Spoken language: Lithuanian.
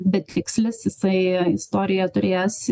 betikslis jisai istoriją turės